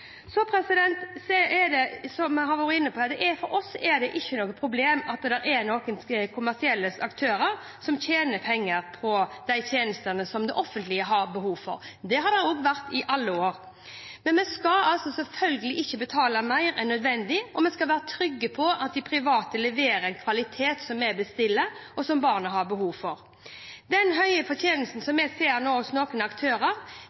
Som jeg har vært inne på: For oss er det ikke noe problem at noen kommersielle aktører tjener penger på de tjenestene som det offentlige har behov for. Slik har det vært i alle år. Men vi skal selvfølgelig ikke betale mer enn nødvendig, og vi skal være trygge på at de private leverer den kvaliteten som vi bestiller, og som barna har behov for. Oppslagene om den høye fortjenesten som vi nå ser hos noen aktører,